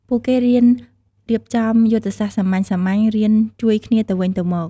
ពួកគេរៀនរៀបចំយុទ្ធសាស្ត្រសាមញ្ញៗ រៀនជួយគ្នាទៅវិញទៅមក។